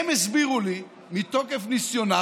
הם הסבירו לי מתוקף ניסיונם,